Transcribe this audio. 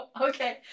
Okay